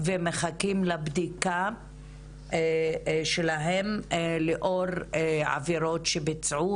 ומחכים לבדיקה שלהם לאור עבירות שביצעו